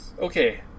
Okay